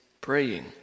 praying